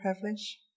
privilege